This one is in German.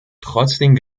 trotzdem